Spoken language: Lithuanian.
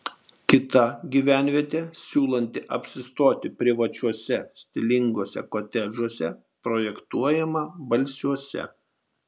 kita gyvenvietė siūlanti apsistoti privačiuose stilinguose kotedžuose projektuojama balsiuose